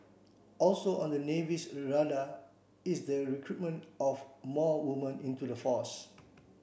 also on the Navy's radar is the recruitment of more women into the force